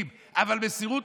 הסיפא